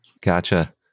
Gotcha